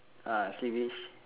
ah sleevis